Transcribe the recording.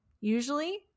usually